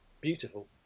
beautiful